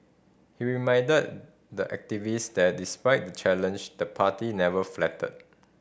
he reminded the activist that despite the challenge the party never faltered